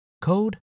code